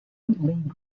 league